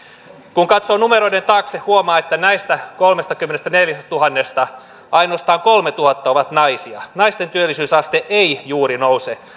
kun katsoo numeroiden taakse huomaa että näistä kolmestakymmenestäneljästätuhannesta ainoastaan kolmetuhatta on naisia naisten työllisyysaste ei juuri nouse